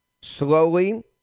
Slowly